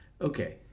Okay